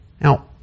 Now